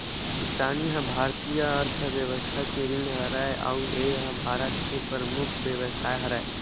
किसानी ह भारतीय अर्थबेवस्था के रीढ़ हरय अउ ए ह भारत के परमुख बेवसाय हरय